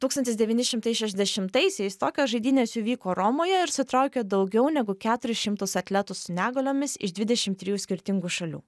tūkstantis devyni šimtai šešiasdešimtaisiais tokios žaidynės įvyko romoje ir sutraukė daugiau negu keturis šimtus atletų su negaliomis iš dvidešim trijų skirtingų šalių